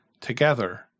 together